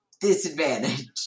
disadvantage